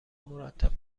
مرتب